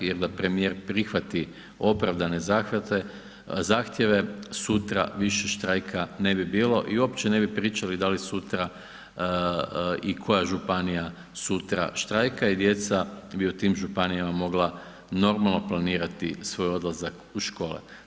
Jer da premijer prihvati opravdane zahtjeve, sutra više štrajka ne bi bilo i uopće ne bi pričali da li sutra i koja županija sutra štrajka i djeca bi u tim županijama mogla normalno planirati svoj odlazak u škole.